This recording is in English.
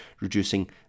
reducing